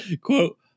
quote